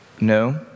no